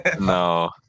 No